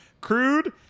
crude